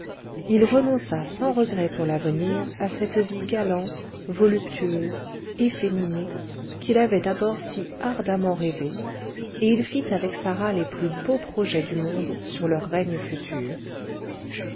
il renonça sans regrets pour l'avenir à cette vie galante voluptueuse efféminée qu'il avait d'abord si ardemment rêvée et il fit avec sarah les plus beaux projets du monde sur leur règne futur